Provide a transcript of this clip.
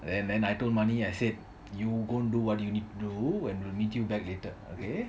and then I told mani I said you go do what you need to do and we will meet you back later